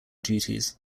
duties